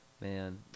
Man